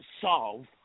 solve